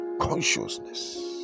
consciousness